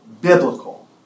biblical